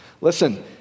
listen